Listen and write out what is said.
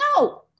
No